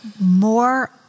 more